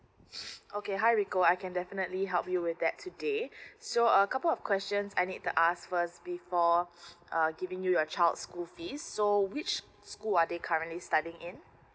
okay hi nicole I can definitely help you with that today so a couple of questions I need to ask first before uh giving you your child school fees so which school are they currently studying in